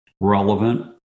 relevant